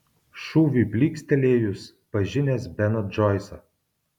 šūviui plykstelėjus pažinęs beną džoisą